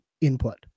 input